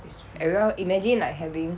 everyone imagine like having